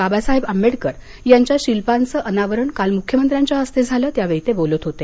बाबासाहेब आंबेडकर यांच्या शिल्पांचं अनावरण काल मुख्य मंत्र्यांच्या हस्ते झालं त्यावेळी ते बोलत होते